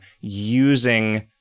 using